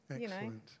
Excellent